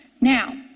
Now